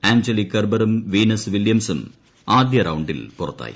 Angelique കെർബറും Venus വിലൃംസും ആദ്യ റൌണ്ടിൽ പുറത്തായി